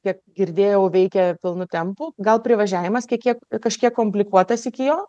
kiek girdėjau veikia pilnu tempu gal privažiavimas kiek kiek kažkiek komplikuotas iki jo